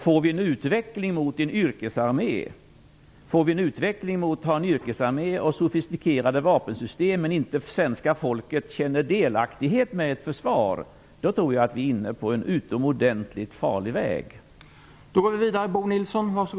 Får vi en utveckling mot en yrkesarmé och sofistikerade vapensystem, men svenska folket inte känner delaktighet med försvaret, tror jag att vi är inne på en utomordentligt farlig väg.